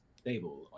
stable